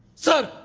so